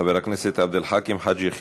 חבר הכנסת עבד אל חכים חאג' יחיא.